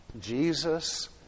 Jesus